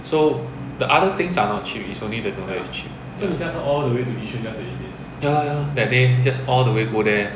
so the other things are not cheap is only the noodle is cheap ya lor ya lor that day just all the way go there